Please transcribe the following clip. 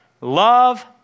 love